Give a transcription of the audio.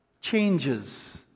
changes